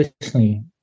personally